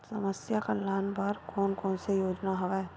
समस्या कल्याण बर कोन कोन से योजना हवय?